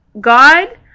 God